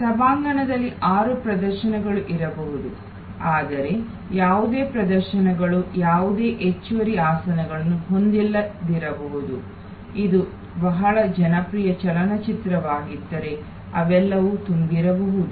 ಸಭಾಂಗಣದಲ್ಲಿ ಆರು ಪ್ರದರ್ಶನಗಳು ಇರಬಹುದು ಆದರೆ ಯಾವುದೇ ಪ್ರದರ್ಶನಗಳು ಯಾವುದೇ ಹೆಚ್ಚುವರಿ ಆಸನಗಳನ್ನು ಹೊಂದಿಲ್ಲದಿರಬಹುದುಇದು ಬಹಳ ಜನಪ್ರಿಯ ಚಲನಚಿತ್ರವಾಗಿದ್ದರೆ ಅವೆಲ್ಲವೂ ತುಂಬಿರಬಹುದು